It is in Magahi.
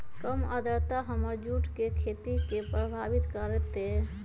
कम आद्रता हमर जुट के खेती के प्रभावित कारतै?